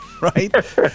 right